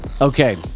Okay